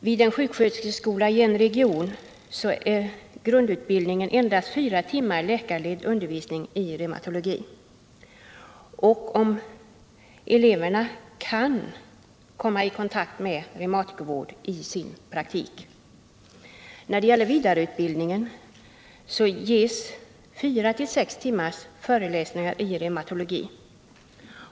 Vid en sjuksköterskeskola i en region omfattar grundutbildningen endast fyra timmar läkarledd undervisning i reumatologi. Vidare kan eleverna komma I kontakt med reumatikervård i sin praktik. När det gäller vidareutbildning ges fyra-sex timmars föreläsningar i reumatologi.